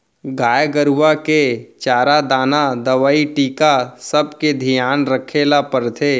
गाय गरूवा के चारा दाना, दवई, टीका सबके धियान रखे ल परथे